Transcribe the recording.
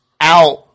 out